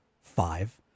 five